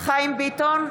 חיים ביטון,